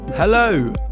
Hello